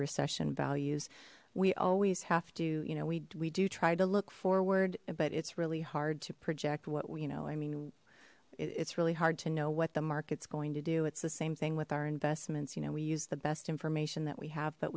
recession values we always have to you know we do try to look forward but it's really hard to project what you know i mean it's really hard to know what the markets going to do it's the same thing with our investments you know we use the best information that we have